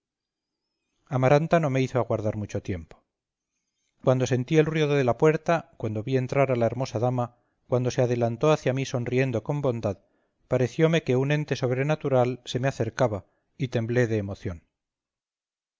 amaranta no me hizo aguardar mucho tiempo cuando sentí el ruido de la puerta cuando vi entrar a la hermosa dama cuando se adelantó hacia mí sonriendo con bondad pareciome que un ente sobrenatural se me acercaba y temblé de emoción